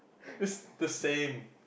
is the same